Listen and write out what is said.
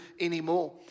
anymore